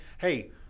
hey